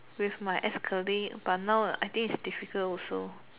with my ex colleagues but now I think is difficult also